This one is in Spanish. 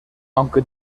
aunque